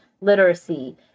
literacy